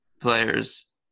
players